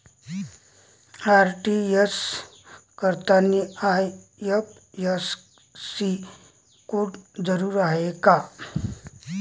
RTGS करतांनी IFSC code जरुरीचा हाय का?